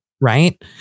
Right